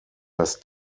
das